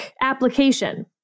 application